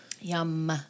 Yum